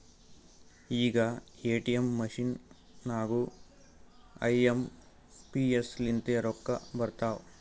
ಈಗ ATM machine ನಾಗೂ I M P S ಲಿಂತೆ ರೊಕ್ಕಾ ಬರ್ತಾವ್